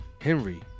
henry